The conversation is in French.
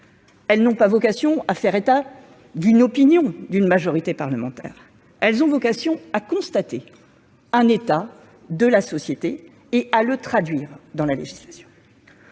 bouleverser la société, ou à faire état de l'opinion d'une majorité parlementaire. Elles ont vocation à constater un état de la société et à le traduire dans la législation.